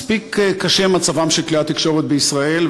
מספיק קשה מצבם של כלי התקשורת בישראל,